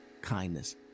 kindness